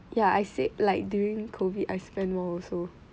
ya I said like during COVID I spend more also